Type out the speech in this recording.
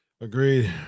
Agreed